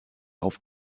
auf